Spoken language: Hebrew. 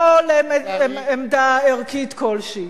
לא לעמדה ערכית כלשהי,